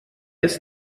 ist